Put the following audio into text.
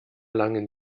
langen